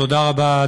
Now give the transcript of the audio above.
תודה רבה,